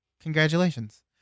Congratulations